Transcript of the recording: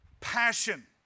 passion